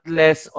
less